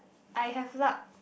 I have luck